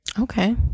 Okay